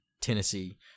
Tennessee